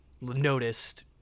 noticed